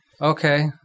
Okay